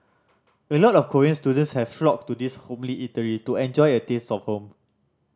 a lot of Korean students have flocked to this homely eatery to enjoy a taste of home